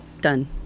done